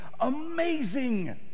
Amazing